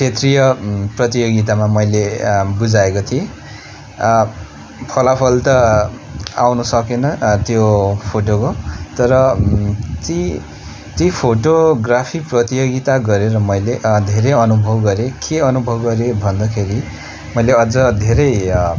क्षेत्रीय प्रतियोगितामा मैले बुझाएको थिएँ फलाफल त आउनु सकेन त्यो फोटोको तर ती ती फोटोग्राफी प्रतियोगिता गरेर मैले धेरै अनुभव गरेँ के अनुभव गरेँ भन्दाखेरि मैले अझ धेरै